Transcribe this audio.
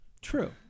True